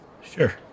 Sure